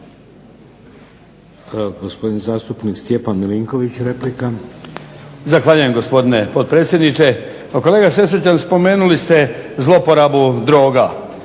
Gospodin zastupnik Stjepan Milinković, replika. **Milinković, Stjepan (HDZ)** Zahvaljujem, gospodine potpredsjedniče. Pa kolega Sesvečan, spomenuli se zloporabu droga.